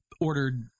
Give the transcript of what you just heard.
ordered